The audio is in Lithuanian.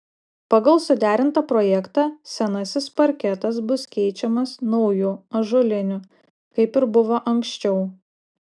pagal suderintą projektą senasis parketas bus keičiamas nauju ąžuoliniu kaip ir buvo anksčiau